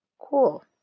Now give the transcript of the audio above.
Cool